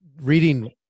reading